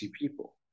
people